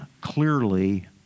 clearly